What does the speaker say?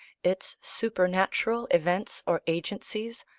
its supernatural events or agencies,